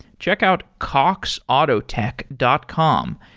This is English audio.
check out cox autotech dot com.